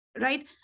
right